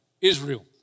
Israel